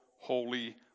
holy